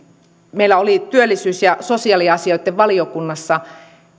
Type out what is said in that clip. meillä oli työllisyys ja sosiaaliasioitten valiokunnassa